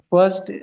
First